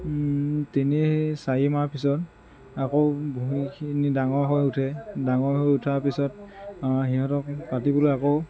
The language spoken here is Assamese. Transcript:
তিনি চাৰি মাহ পিছত আকৌ ভূঁইখিনি ডাঙৰ হৈ উঠে ডাঙৰ হৈ উঠাৰ পিছত সিহঁতক কাটিবলৈ আকৌ